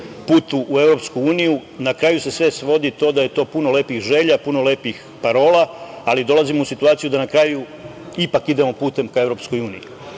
putu u EU, na kraju se sve svodi na to da je to puno lepih želja, puno lepih parola, ali dolazimo u situaciju da na kraju ipak idemo putem ka EU